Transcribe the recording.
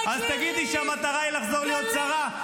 -- אז תגידי שהמטרה היא לחזור להיות שרה.